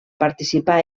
participar